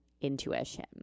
intuition